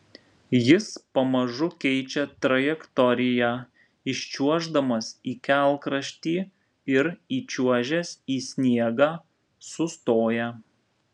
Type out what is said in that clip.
jis pamažu keičia trajektoriją iščiuoždamas į kelkraštį ir įčiuožęs į sniegą sustoja